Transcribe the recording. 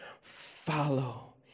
Follow